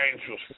angels